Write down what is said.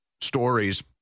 stories